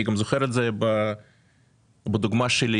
אני גם זוכר את זה בדוגמה שלי.